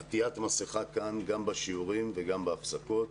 עטיית מסיכה גם בשיעורים וגם בהפסקות.